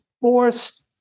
forced